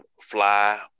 fly